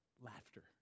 laughter